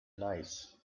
nice